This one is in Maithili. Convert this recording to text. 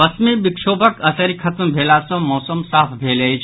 पश्चिमी विक्षोभक असरि खत्म भेला सँ मौसम साफ भेल अछि